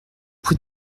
prie